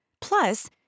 Plus